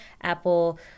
Apple